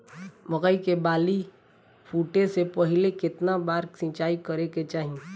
मकई के बाली फूटे से पहिले केतना बार सिंचाई करे के चाही?